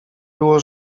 było